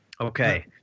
Okay